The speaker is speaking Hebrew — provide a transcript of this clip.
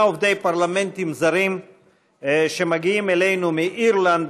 עובדי פרלמנטים זרים שמגיעים אלינו מאירלנד,